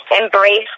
embrace